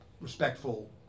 respectful